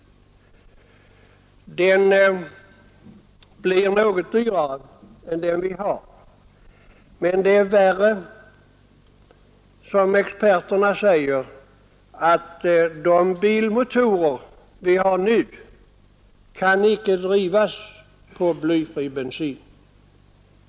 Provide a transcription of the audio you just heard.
Den blir något dyrare, men värre är att enligt vad experterna säger de bilmotorer vi nu har icke kan drivas på blyfri bensin.